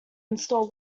install